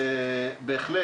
בהחלט,